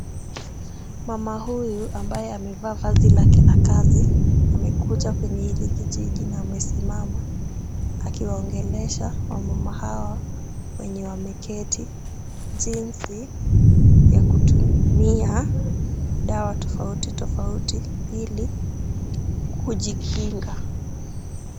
Mama huyu ambaye amevaa vazi lake la kazi, amekuja kwenye hili kijiji na amesimama akiwaongelesha wamama hawa wenye wameketi, jinsi ya kutumia dawa tofauti tofauti ili kujikinga.